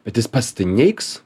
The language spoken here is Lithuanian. bet jis pats tai neigs